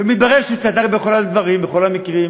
ומתברר שהוא צדק בכל הדברים, בכל המקרים.